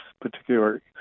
particular